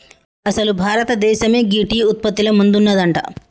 అసలు భారతదేసమే గీ టీ ఉత్పత్తిల ముందున్నదంట